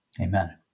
Amen